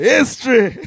History